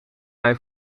hij